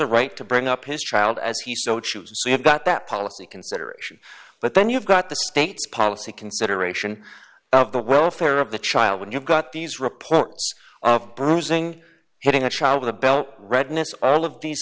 a right to bring up his trial as he so chooses so you've got that policy consideration but then you've got the state's policy consideration of the welfare of the child when you've got these reports of bruising hitting a child with a belt redness all of these